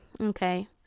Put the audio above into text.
Okay